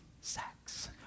sex